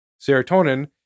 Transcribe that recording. serotonin